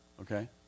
Okay